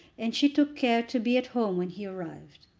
and she took care to be at home when he arrived.